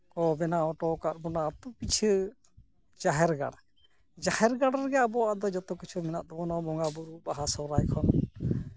ᱠᱚ ᱵᱮᱱᱟᱣ ᱚᱴᱚ ᱟᱠᱟᱫ ᱵᱚᱱᱟ ᱚᱱᱟ ᱟᱹᱛᱩ ᱯᱤᱪᱷᱟᱹ ᱡᱟᱦᱮᱨ ᱜᱟᱲ ᱡᱟᱦᱮᱨ ᱜᱟᱲ ᱨᱮᱜᱮ ᱟᱵᱚᱣᱟᱜ ᱫᱚ ᱡᱚᱛᱚ ᱠᱤᱪᱷᱩ ᱢᱮᱱᱟᱜ ᱛᱟᱵᱚᱱᱟ ᱵᱚᱸᱜᱟ ᱵᱩᱨᱩ ᱵᱟᱦᱟ ᱥᱟᱨᱦᱟᱭ ᱠᱷᱚᱱ